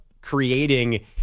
creating